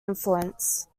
influence